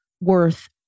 worth